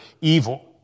evil